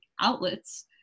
outlets